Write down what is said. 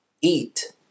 eat